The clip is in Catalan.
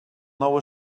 nou